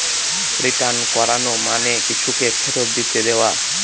return করানো মানে কিছুকে ফেরত দিয়ে দেওয়া